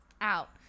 Out